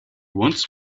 wants